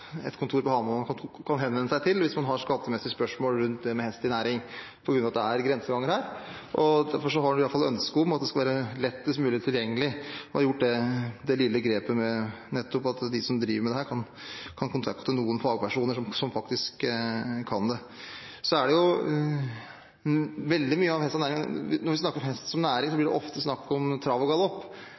kontor på Hamar som man kan henvende seg til hvis man skattemessige spørsmål rundt det med hest i næring, fordi det er grenseganger her. Derfor har vi i hvert fall et ønske om at hjelpen skal være lettest mulig tilgjengelig, og derfor har vi gjort det lille grepet med at de som driver med dette, kan kontakte noen fagpersoner som faktisk kan dette feltet. Når vi snakker om hest som næring, blir det ofte snakk om trav og